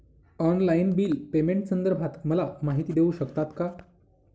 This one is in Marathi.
ऑनलाईन बिल पेमेंटसंदर्भात मला माहिती देऊ शकतात का?